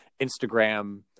Instagram